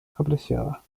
apreciada